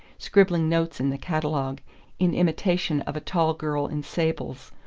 scribbling notes in the catalogue in imitation of a tall girl in sables,